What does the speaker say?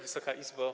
Wysoka Izbo!